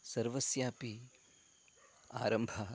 सर्वस्यापि आरम्भः